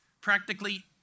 practically